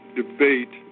debate